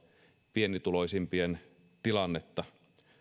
pienituloisimpien tilannetta